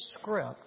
script